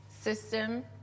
system